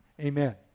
Amen